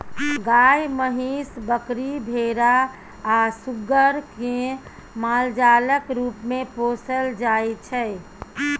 गाय, महीस, बकरी, भेरा आ सुग्गर केँ मालजालक रुप मे पोसल जाइ छै